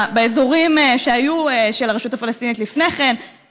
באזורים שהיו של הרשות הפלסטינית לפני כן,